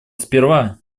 сперва